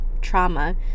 trauma